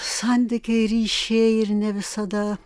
santykiai ryšiai ir ne visada